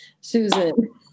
Susan